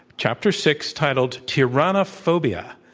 chapter six, titled, tyrannophobia,